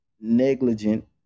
negligent